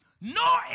No